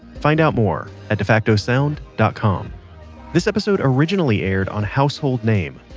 find out more at defacto sound dot com this episode originally aired on household name,